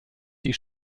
die